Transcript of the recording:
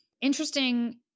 interesting